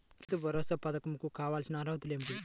రైతు భరోసా పధకం కు కావాల్సిన అర్హతలు ఏమిటి?